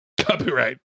Copyright